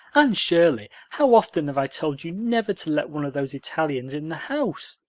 anne shirley, how often have i told you never to let one of those italians in the house!